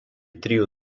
trijų